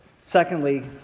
Secondly